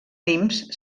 mims